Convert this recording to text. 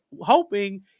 hoping